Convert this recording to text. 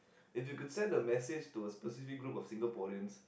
if you could send a message to a specific group of Singaporeans